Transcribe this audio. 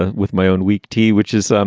ah with my own weak tea, which is, um